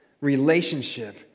relationship